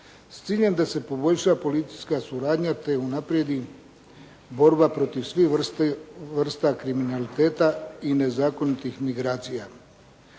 s ciljem da se poboljša policijska suradnja, te unaprijedi borba protiv svih vrsta kriminaliteta i nezakonitih migracija.